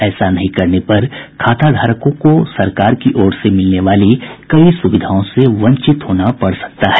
ऐसा नहीं करने पर खाताधारकों को सरकार की ओर से मिलने वाली कई सुविधाओं से वंचित होना पड़ सकता है